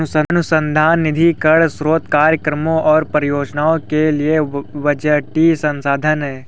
अनुसंधान निधीकरण स्रोत कार्यक्रमों और परियोजनाओं के लिए बजटीय संसाधन है